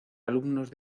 alumnos